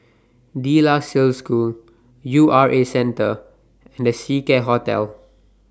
De La Salle School U R A Centre and The Seacare Hotel